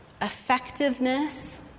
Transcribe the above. effectiveness